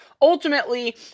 ultimately